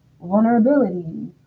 vulnerability